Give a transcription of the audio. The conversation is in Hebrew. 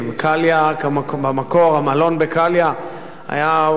קליה, במקור המלון בקליה הוקם